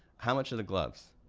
how much are the gloves?